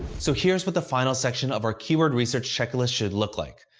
so here's what the final section of our keyword research checklist should look like.